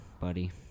buddy